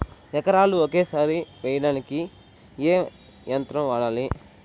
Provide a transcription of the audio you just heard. ఎకరాలు ఒకేసారి వేయడానికి ఏ యంత్రం వాడాలి?